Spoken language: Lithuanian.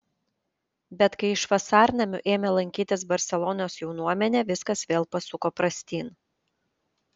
bet kai iš vasarnamių ėmė lankytis barselonos jaunuomenė viskas vėl pasuko prastyn